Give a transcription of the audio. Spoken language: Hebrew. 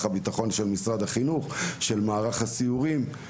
הביטחון של משרד החינוך ושל מערך הסיורים,